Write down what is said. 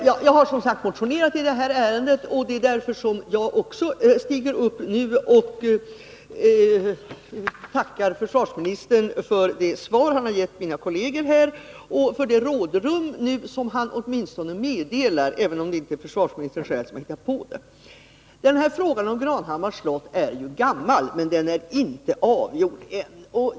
Herr talman! Jag har motionerat i det här ärendet, och det är därför som jag också går upp i debatten. Jag tackar försvarsministern för det svar han gett mina kolleger och för att han uttalar sig för rådrum, även om det inte är försvarsministern själv som tagit initiativ till det. Frågan om Granhammars slott är gammal, men den är ännu inte avgjord.